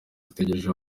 zitegereje